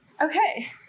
okay